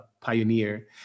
pioneer